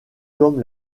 comme